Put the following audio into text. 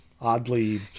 oddly